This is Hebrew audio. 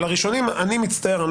על הראשונים אני מצטער.